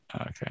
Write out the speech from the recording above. Okay